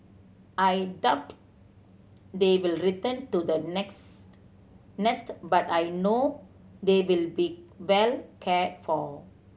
I doubt they will return to the next nest but I know they will be well cared for